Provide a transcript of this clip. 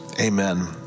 Amen